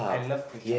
I love kway-zhap